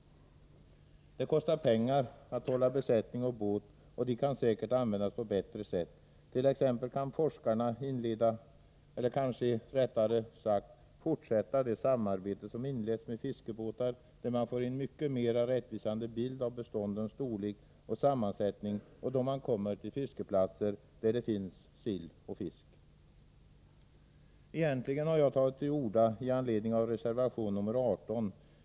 Det kostar pengar att hålla besättning och båt, och de kan säkert användas på bättre sätt. T. ex. kan forskarna fortsätta det samarbete som inletts med fiskebåtar, där man får en mycket mera rättvisande bild av beståndens storlek och sammansättning och då man kommer till fiskeplatser där det finns sill och fisk. Jag har egentligen tagit till orda i anledning av reservation 18.